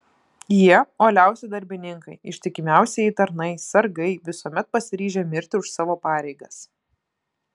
jie uoliausi darbininkai ištikimiausieji tarnai sargai visuomet pasiryžę mirti už savo pareigas